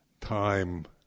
time